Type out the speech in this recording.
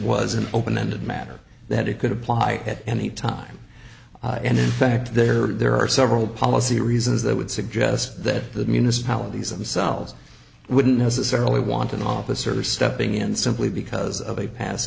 was an open ended matter that it could apply at any time and in fact there are several policy reasons that would suggest that the municipalities themselves wouldn't necessarily want an officer stepping in simply because of a past